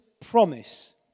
promise